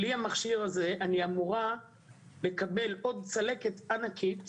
בלי המכשיר הזה אני אמורה לקבל עוד צלקת ענקית